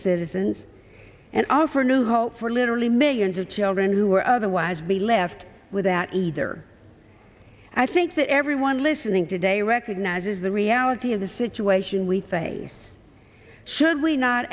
citizens and offer new hope for literally millions of children who are otherwise be left without either i think that everyone listening today recognizes the reality of the situation we face should we not